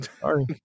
Sorry